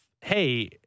hey